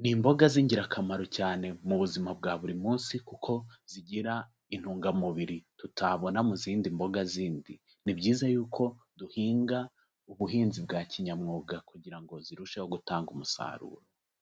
ni imboga z'ingirakamaro cyane mu buzima bwa buri munsi kuko zigira intungamubiri tutabona mu zindi mboga zindi. Ni byiza yuko duhinga ubuhinzi bwa kinyamwuga kugira ngo zirusheho gutanga umusaruro.